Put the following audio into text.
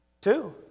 Two